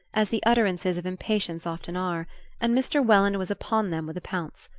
as the utterances of impatience often are and mr. welland was upon them with a pounce.